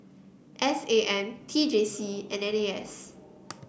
S A M T J C and N A S